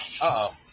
Uh-oh